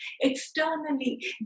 externally